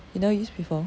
you never use before